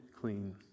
clean